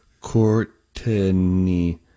Courtney